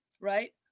Right